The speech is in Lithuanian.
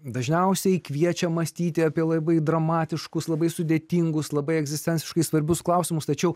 dažniausiai kviečia mąstyti apie labai dramatiškus labai sudėtingus labai egzistenciškai svarbius klausimus tačiau